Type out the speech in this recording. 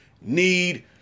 need